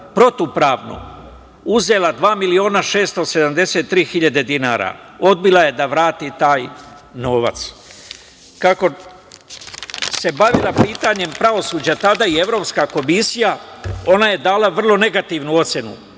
protivpravno, uzela 2.673.000 dinara. Odbila je da vrati taj novac. Kako se bavila pitanjem pravosuđa tada i Evropska komisija, ona je dala vrlo negativnu ocenu